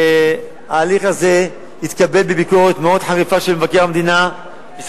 וההליך הזה התקבל בביקורת מאוד חריפה של מבקר המדינה,